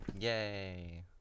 Yay